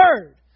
Word